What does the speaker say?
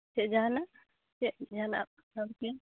ᱪᱮᱫ ᱡᱟᱦᱟᱸᱱᱟᱜ ᱪᱮᱫ ᱡᱟᱦᱟᱸᱱᱟᱜ ᱠᱚᱢᱯᱞᱮᱱ